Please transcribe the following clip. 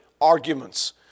arguments